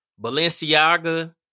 Balenciaga